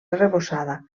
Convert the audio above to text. arrebossada